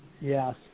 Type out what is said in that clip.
yes